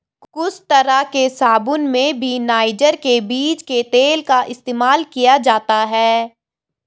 कुछ तरह के साबून में भी नाइजर के बीज के तेल का इस्तेमाल किया जाता है